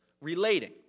relating